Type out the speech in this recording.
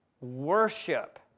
Worship